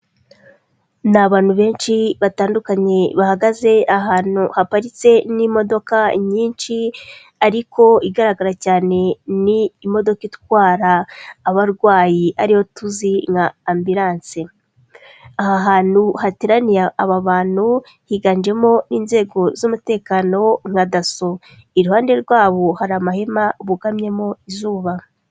Ni abantu benshi batandukanye bahagaze ahantu haparitse n'imodoka nyinshi ariko igaragara cyane ni imodoka itwara abarwayi ariyo tuzi nka ambulance, aha hantu hateraniye aba bantu higanjemo inzego z'umutekano nka DASSO, iruhande rwabo hari amahema bugamyemo izuba.